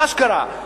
אשכרה.